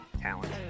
talent